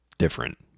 different